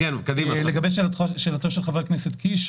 לגבי שאלתו של חבר הכנסת קיש,